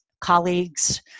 colleagues